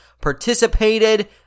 participated